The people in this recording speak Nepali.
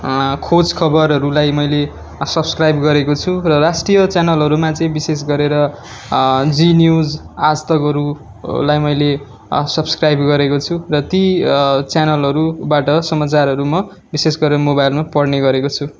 खोजखबरहरूलाई मैले सब्सक्राइब गरेको छु र राष्ट्रीय च्यानलहरूमा चाहिँ विशेष गरेर जी न्युज आजतकहरूलाई मैले सब्सक्राइब गरेको छु र ति च्यानसहरूबाट समाचारहरू म बिशेष गरेर मोबाइलमा पढ्ने गरेको छु